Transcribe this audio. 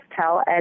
tell